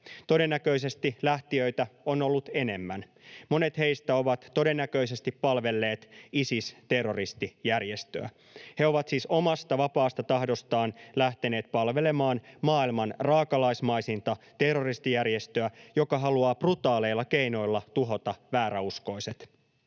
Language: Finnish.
Todennäköisesti lähtijöitä on ollut enemmän. Monet heistä ovat todennäköisesti palvelleet Isis-terroristijärjestöä. He ovat siis omasta vapaasta tahdostaan lähteneet palvelemaan maailman raakalaismaisinta terroristijärjestöä, joka haluaa brutaaleilla keinoilla tuhota vääräuskoiset.